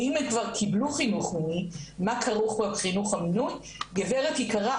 ואם הם כבר קיבלו חינוך מה כרוך בחינוך המיני: גברת יקרה,